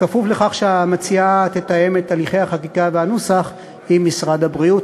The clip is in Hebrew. בכפוף לכך שהמציעה תתאם את הליכי החקיקה והנוסח עם משרד הבריאות.